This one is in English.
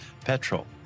petrol